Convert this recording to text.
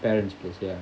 parents' place ya